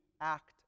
act